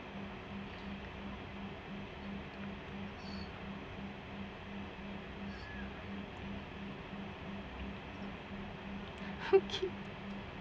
okay